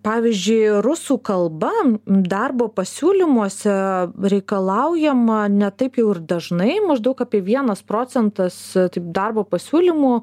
pavyzdžiui rusų kalba darbo pasiūlymuose reikalaujama ne taip jau ir dažnai maždaug apie vienas procentas darbo pasiūlymų